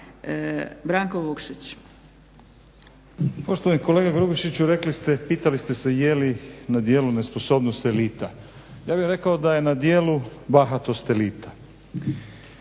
Stranka rada)** Poštovani kolega Grubišiću rekli ste, pitali ste se je li na djelu nesposobnost elita. Ja bih rekao da je na djelu bahatost elita.